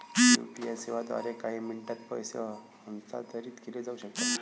UPI सेवांद्वारे काही मिनिटांत पैसे हस्तांतरित केले जाऊ शकतात